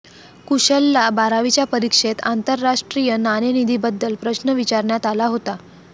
कुशलला बारावीच्या परीक्षेत आंतरराष्ट्रीय नाणेनिधीबद्दल प्रश्न विचारण्यात आला होता